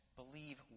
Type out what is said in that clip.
believe